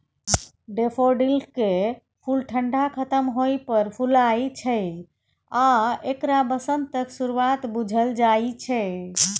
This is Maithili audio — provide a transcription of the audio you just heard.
डेफोडिलकेँ फुल ठंढा खत्म होइ पर फुलाय छै आ एकरा बसंतक शुरुआत बुझल जाइ छै